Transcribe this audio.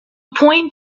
point